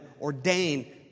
ordain